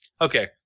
Okay